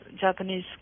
Japanese